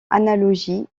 analogie